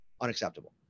unacceptable